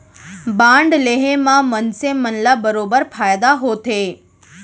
bond लेहे म मनसे मन ल बरोबर फायदा होथे